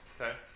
Okay